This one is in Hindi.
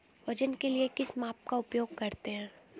वजन के लिए किस माप का उपयोग करते हैं?